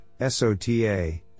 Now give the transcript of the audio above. SOTA